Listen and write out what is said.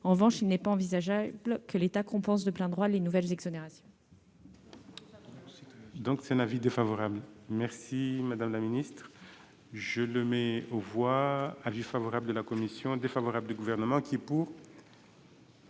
En revanche, il n'est pas envisageable que l'État compense de plein droit les nouvelles exonérations.